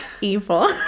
evil